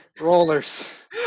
rollers